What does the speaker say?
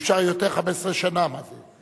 אי-אפשר, יותר מ-15 שנה, מה זה?